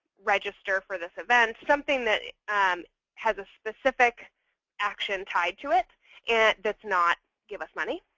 register for this event, something that has a specific action tied to it it that's not give us money.